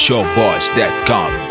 Showboys.com